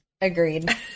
agreed